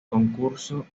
concurso